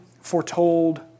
foretold